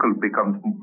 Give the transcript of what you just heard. becomes